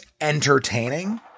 entertaining